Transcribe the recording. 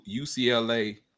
UCLA